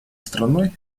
страной